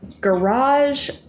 garage